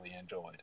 enjoyed